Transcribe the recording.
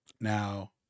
now